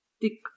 thick